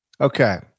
Okay